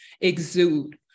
exude